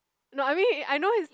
no I mean he I know his